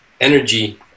energy